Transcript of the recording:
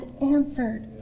answered